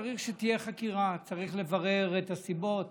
צריך שתהיה חקירה, צריך לברר את הסיבות